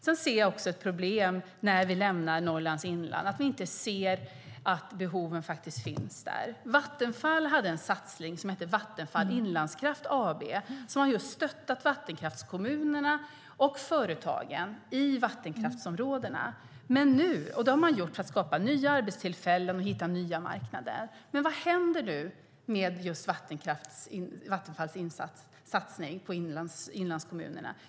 Jag ser också ett problem när man lämnar Norrlands inland och att man inte ser att behoven faktiskt finns där. Vattenfall hade en satsning som hette Vattenfall Inlandskraft AB som stöttade vattenkraftskommunerna och företagen i vattenkraftsområdena. Det har man gjort för att skapa nya arbetstillfällen och hitta nya marknader. Men vad händer nu med Vattenfalls satsning på inlandskommunerna?